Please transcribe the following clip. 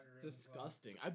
disgusting